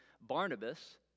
Barnabas